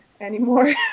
anymore